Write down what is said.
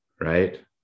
right